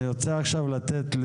אני רוצה עכשיו לתת,